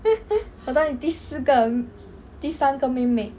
我当你第四个第三个妹妹